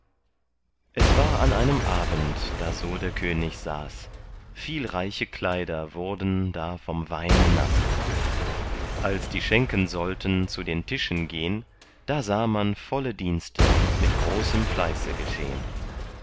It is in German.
es war an einem abend da so der könig saß viel reiche kleider wurden da vom weine naß als die schenken sollten zu den tischen gehn da sah man volle dienste mit großem fleiße geschehn